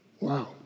Wow